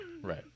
right